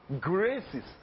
graces